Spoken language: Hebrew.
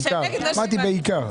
קשים בכל רחבי הארץ, גם בענפים שציינת.